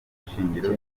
shingiro